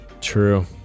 True